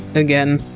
again!